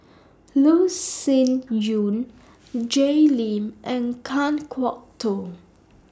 Loh Sin Yun Jay Lim and Kan Kwok Toh